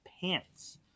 pants